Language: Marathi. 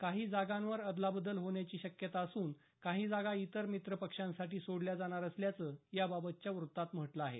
काही जागांवर अदलाबदल होण्याची शक्यता असून काही जागा इतर मित्रपक्षांसाठी सोडल्या जाणार असल्याचं या बाबतच्या वृत्तात म्हटलं आहे